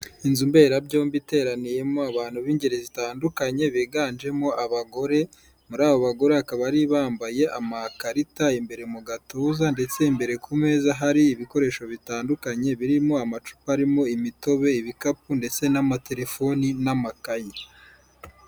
Inzu mberabyombi iteraniyemo abantu b'ingeri zitandukanye biganjemo abagore muri abo bagore akaba bari bambaye amakarita imbere mu gatuza ndetse imbere ku meza hari ibikoresho bitandukanye birimo amacupa arimo imitobe ibikapu ndetse n'amatelefoni n'amakayi.